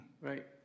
right